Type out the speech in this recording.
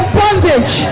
bondage